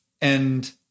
And-